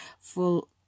full